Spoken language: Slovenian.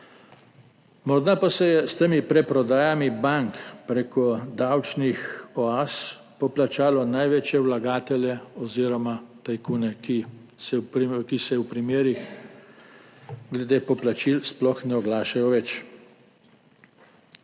Morda pa se je s temi preprodajami bank prek davčnih oaz poplačalo največje vlagatelje oziroma tajkune, ki se v primerih glede poplačil sploh ne oglašajo več.